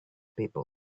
people